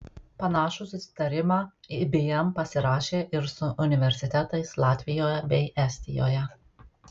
panašų susitarimą ibm pasirašė ir su universitetais latvijoje bei estijoje